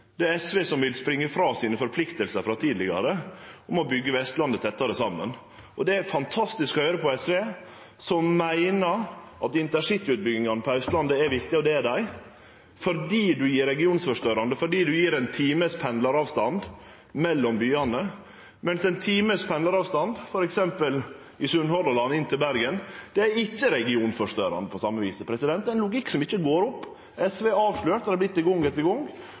det er SV som vil springe frå forpliktingane sine frå tidlegare om å byggje Vestlandet tettare saman. Det er fantastisk å høyre på SV, som meiner at intercityutbyggingane på Austlandet er viktige, og det er dei, fordi dei er regionforstørrande, fordi det gjev ein pendlaravstand på ein time mellom byane, mens ein pendlaravstand på ein time f.eks. inn til Bergen i Sunnhordaland, ikkje er regionforstørrande på same vis. Det er ein logikk som ikkje går opp. SV er avslørt og har vorte det gong etter gong.